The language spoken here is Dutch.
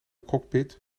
cockpit